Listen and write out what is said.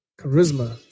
Charisma